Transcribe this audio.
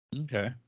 Okay